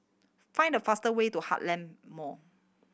find the fast way to Heartland Mall